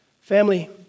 Family